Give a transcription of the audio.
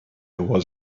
was